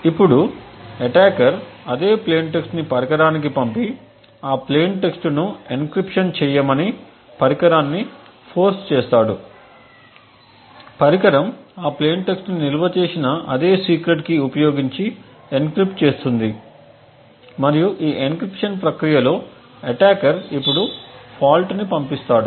ఇప్పుడు అటాకర్ అదే plain text ని పరికరానికి పంపి ఆ ప్లేయిన్ టెక్స్ట్ ను ఎన్క్రిప్షన్ చేయమని పరికరాన్ని ఫోర్స్ చేస్తాడు పరికరం ఆ ప్లేయిన్ టెక్స్ట్ ని నిల్వ చేసిన అదే సీక్రెట్ కీ ఉపయోగించి ఎన్క్రిప్ట్ చేస్తుంది మరియు ఈ ఎన్క్రిప్షన్ ప్రక్రియలో అటాకర్ ఇప్పుడు ఫాల్ట్ను పంపిస్తాడు